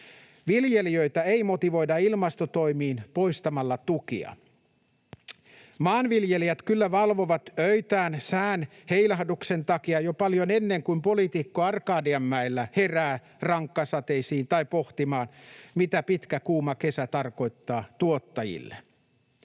Viljelijöitä ei motivoida ilmastotoimiin poistamalla tukia. Maanviljelijät kyllä valvovat öitään sään heilahduksen takia jo paljon ennen kuin poliitikko Arkadianmäellä herää rankkasateisiin tai pohtimaan, mitä pitkä kuuma kesä tarkoittaa tuottajille.